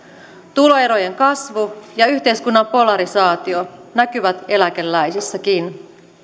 tuloerojen kasvu ja yhteiskunnan polarisaatio näkyvät eläkeläisissäkin